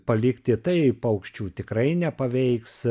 palikti tai paukščių tikrai nepaveiks